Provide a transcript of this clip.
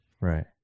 Right